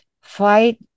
fight